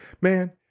man